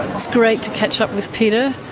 it's great to catch up with peter.